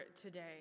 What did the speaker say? today